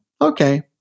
Okay